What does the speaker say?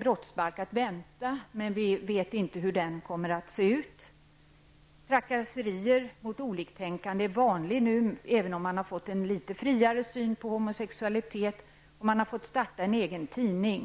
brottsbalk är att vänta, men vi vet inte hur den kommer att se ut. Trakasserier mot oliktänkande är nu vanlig även om man fått en litet friare syn på homosexualitet, och homosexuella har fått starta en egen tidning.